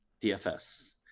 DFS